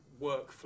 workflow